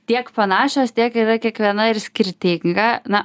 tiek panašios tiek yra kiekviena ir skirtinga na